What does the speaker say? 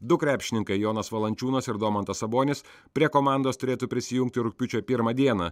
du krepšininkai jonas valančiūnas ir domantas sabonis prie komandos turėtų prisijungti rugpjūčio pirmą dieną